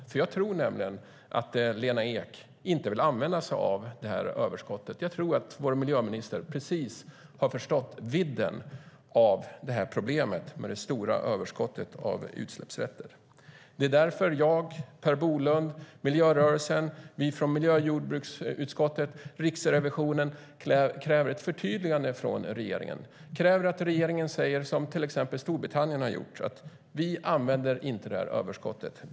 Jag tror nämligen att Lena Ek inte vill använda sig av överskottet. Jag tror att vår miljöminister har förstått vidden av problemet med det stora överskottet av utsläppsrätter. Det är därför som jag, Per Bolund, miljörörelsen, vi från miljö och jordbruksutskottet samt Riksrevisionen kräver ett förtydligande från regeringen. Vi kräver att regeringen säger som till exempel Storbritannien har gjort: Vi använder inte överskottet.